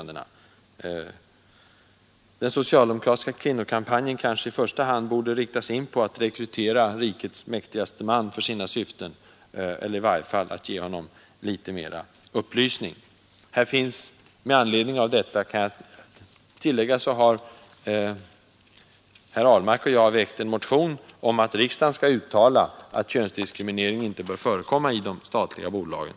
Den socialdemokratiska kvinnokampanjen kanske i första hand borde riktas in på att rekrytera rikets mäktigaste man för sina syften, eller i varje fall att ge honom litet mera upplysning. Jag vill i detta sammanhang nämna att herr Ahlmark och jag har väckt en motion om att riksdagen skall uttala att könsdiskriminering inte får förekomma i de statliga bolagen.